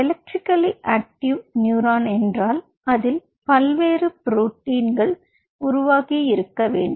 electrically active neuron என்றல் அதில் பல்வேறு ப்ரோடீன்கள் உருவாகியிருக்க வேண்டும்